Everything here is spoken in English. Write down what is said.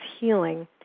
healing